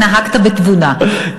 נהגת בתבונה.